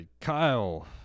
Kyle